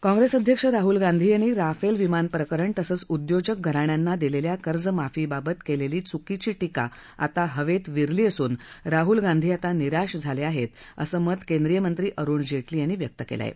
काँग्रेस अध्यक्ष राहूल गांधी यांनी राफेल विमान प्रकरण तसंच उद्योजक घरण्यांना दिलेल्या कर्ज माफीबाबत केलेली चुकीची टीका आता हवेत विरली असून राहूल गांधी आता निराश झाले आहेत असं मत केंद्रीयमंत्री अरुण जेटली यांनी व्यक्त केलं आहे